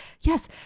yes